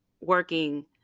working